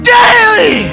daily